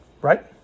right